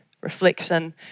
reflection